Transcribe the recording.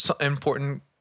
important